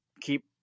keep